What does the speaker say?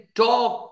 talk